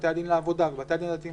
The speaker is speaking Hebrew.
בתי הדין לעבודה ובתי הדין הדתיים